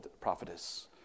prophetess